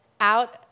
out